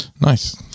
nice